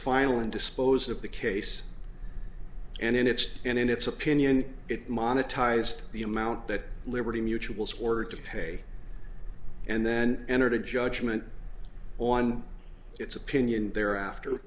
final and dispose of the case and in its in its opinion it monetized the amount that liberty mutual swore to pay and then entered a judgment on its opinion there after